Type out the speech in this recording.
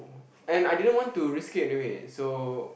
and I didn't want to risk it anyway so